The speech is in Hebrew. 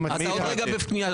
אתה עוד רגע בקריאה שנייה.